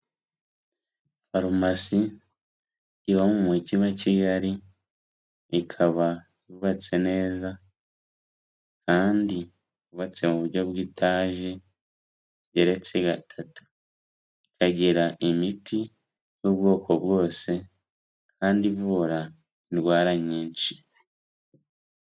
Farumasi iba mu mujyi wa Kigali, ikaba yubatse neza kandi yubatse mu buryo bw'itaje igeretse gatatu, ikagira imiti y'ubwoko bwose kandi ivura indwara nyinshi.